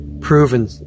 proven